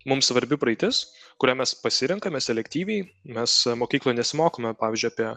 mums svarbi praeitis kurią mes pasirenkame selektyviai mes mokykloj nesimokome pavyzdžio apie